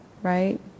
Right